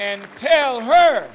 and tell her